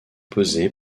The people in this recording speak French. posé